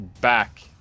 back